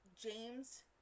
James